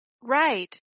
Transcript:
Right